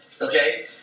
okay